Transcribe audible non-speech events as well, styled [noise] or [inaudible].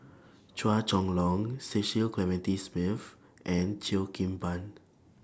[noise] Chua Chong Long Cecil Clementi Smith and Cheo Kim Ban